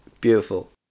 Beautiful